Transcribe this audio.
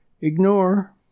ignore